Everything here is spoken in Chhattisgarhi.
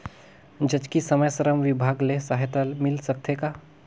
जचकी समय श्रम विभाग ले सहायता मिल सकथे का?